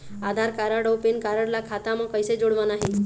आधार card अऊ PAN card ला खाता म कइसे जोड़वाना हे?